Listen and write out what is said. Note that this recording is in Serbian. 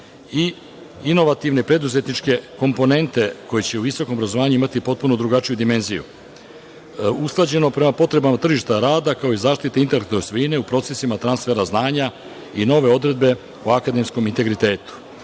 i inovativne preduzetničke komponente koje će u visokom obrazovanju imati potpuno drugačiju dimenziju. Usklađenost prema potrebama tržišta rada, kao i zaštita intelektualne svojine u procesima transfera znanja i nove odredbe o akademskom integritetu. Osnovni